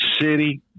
city